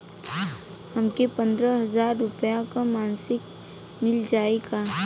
हमके पन्द्रह हजार रूपया क मासिक मिल जाई का?